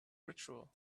ritual